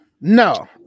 no